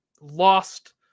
lost